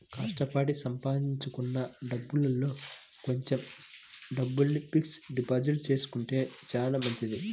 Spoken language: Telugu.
కష్టపడి సంపాదించుకున్న డబ్బుల్లో కొంచెం డబ్బుల్ని ఫిక్స్డ్ డిపాజిట్ చేసుకుంటే చానా మంచిది